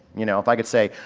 you know if i could say,